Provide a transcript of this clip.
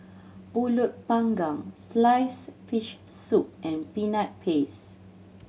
Pulut Panggang sliced fish soup and Peanut Paste